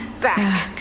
back